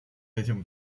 этим